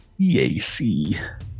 EAC